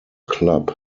club